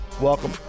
Welcome